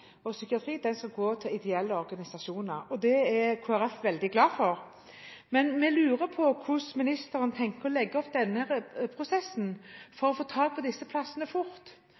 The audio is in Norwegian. og psykiatri, skal gå til ideelle organisasjoner. Det er Kristelig Folkeparti veldig glad for. Men vi lurer på hvordan ministeren tenker å legge opp denne prosessen for å få tak i disse plassene fort.